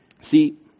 See